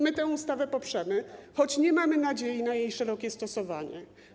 My tę ustawę poprzemy, choć nie mamy nadziei na jej szerokie stosowanie.